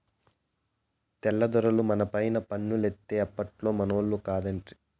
తెల్ల దొరలు మనపైన పన్నులేత్తే అప్పట్లోనే మనోళ్లు కాదంటిరి